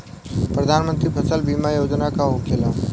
प्रधानमंत्री फसल बीमा योजना का होखेला?